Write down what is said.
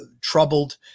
troubled